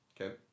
okay